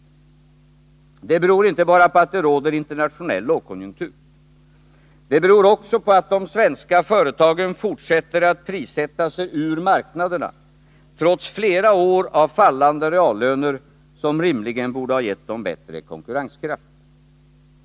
Det beror inte bara på att det råder internationell lågkonjunktur. Det beror också på att de svenska företagen fortsätter att prissätta sig ur marknaderna, trots flera år av fallande reallöner som rimligen borde ha gett dem bättre konkurrenskraft.